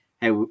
Hey